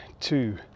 two